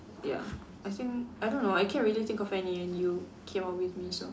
ya I think I don't know I can't really think of any and you came up with me so